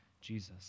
Jesus